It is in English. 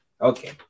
Okay